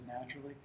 naturally